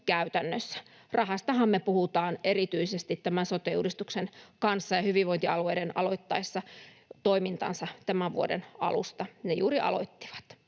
Rahastahan me puhutaan erityisesti tämän sote-uudistuksen kanssa ja hyvinvointialueiden aloittaessa toimintansa tämän vuoden alusta — ne juuri aloittivat.